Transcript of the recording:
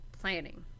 planning